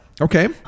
Okay